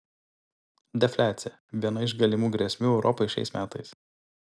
defliacija viena iš galimų grėsmių europai šiais metais